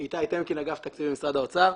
אגף התקציבים, משרד האוצר.